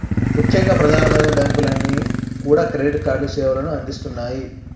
ముఖ్యంగా ప్రధానమైన బ్యాంకులన్నీ కూడా క్రెడిట్ కార్డు సేవలను అందిస్తున్నాయి